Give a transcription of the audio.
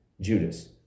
Judas